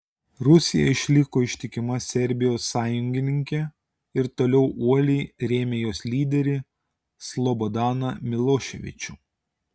rusija išliko ištikima serbijos sąjungininkė ir toliau uoliai rėmė jos lyderį slobodaną miloševičių